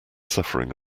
suffering